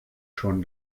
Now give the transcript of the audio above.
schon